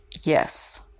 Yes